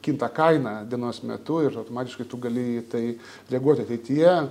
kinta kaina dienos metu ir automatiškai tu gali į tai reaguot ateityje